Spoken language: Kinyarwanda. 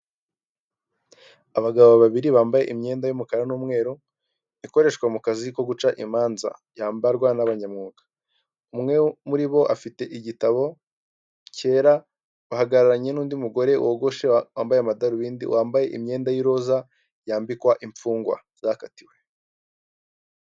Abagabo babiri bambaye imyenda y'umukara n'umweru, ikoreshwa mu kazi ko guca imanza, yambarwa n'abanyamwuga, umwe muri bo afite igitabo kera, bahagararanye n'undi mugore wogoshe wambaye amadarubindi wambaye imyenda y'iroza, yambikwa imfungwa zakatiwe.